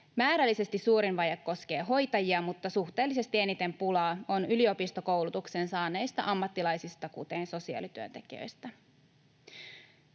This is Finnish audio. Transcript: Määrällisesti suurin vaje koskee hoitajia, mutta suhteellisesti eniten pulaa on yliopistokoulutuksen saaneista ammattilaisista, kuten sosiaalityöntekijöistä.